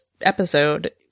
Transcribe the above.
episode